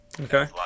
Okay